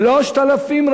3,000,